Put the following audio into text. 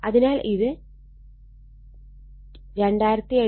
അതിനാൽ ഇത് 2840 Ω ആണ്